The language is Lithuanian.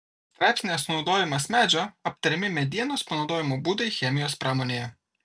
straipsnyje sunaudojimas medžio aptariami medienos panaudojimo būdai chemijos pramonėje